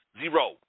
Zero